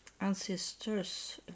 ancestors